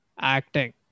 acting